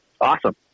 Awesome